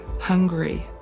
hungry